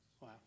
Wow